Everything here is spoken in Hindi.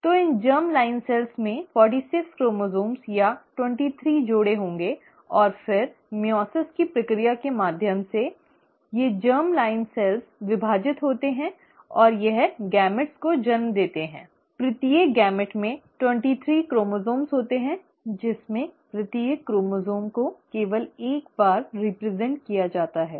तो इन जर्म लाइन कोशिकाओं में 46 क्रोमोसोम्स या 23 जोड़े होंगे और फिर मइओसिस की प्रक्रिया के माध्यम से ये जर्म लाइन कोशिकाएं विभाजित होते हैं और यह युग्मक को जन्म देते हैं ठीकप्रत्येक युग्मक में 23 क्रोमोसोम्स होते हैं जिसमें प्रत्येक क्रोमोसोम् का प्रतिनिधित्व केवल एक बार किया जाता है